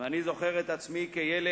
אני זוכר את עצמי כילד